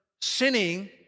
sinning